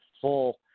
full